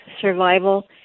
survival